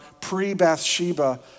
pre-Bathsheba